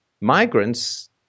migrants